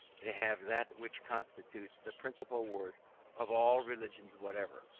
they have that which constitutes the principal worth of all religions whatever,